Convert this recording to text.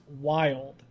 wild